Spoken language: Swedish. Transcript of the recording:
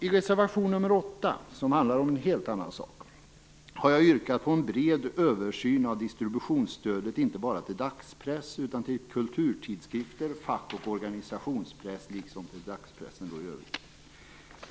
I reservation 8, som handlar om en helt annan sak, har jag yrkat på en bred översyn av distributionsstödet inte bara till dagspress utan också till kulturtidskrifter, fack och organisationspress.